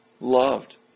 loved